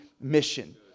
mission